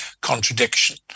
contradiction